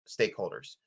stakeholders